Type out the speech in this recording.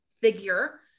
figure